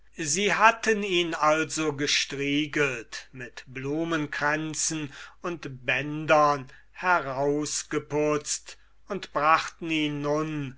sie hatten ihn also gestriegelt mit blumenkränzen und bändern herausgeputzt und brachten ihn nun